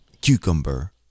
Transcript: cucumber